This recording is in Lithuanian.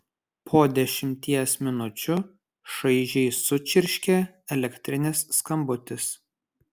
po dešimties minučių šaižiai sučirškė elektrinis skambutis